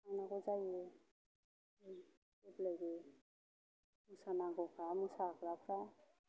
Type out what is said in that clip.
थांनांगौ जायो जेब्लायबो मोसानांगौखा मोसाग्राफ्रा